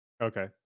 Okay